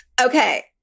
Okay